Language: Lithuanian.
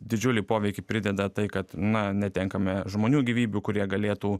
didžiulį poveikį prideda tai kad na netenkame žmonių gyvybių kurie galėtų